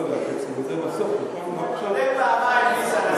תודה פעמיים, ניסן.